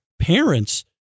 parents